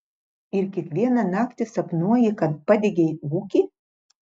ir kiekvieną naktį sapnuoji kad padegei ūkį